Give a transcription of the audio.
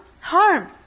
harm